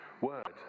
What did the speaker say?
word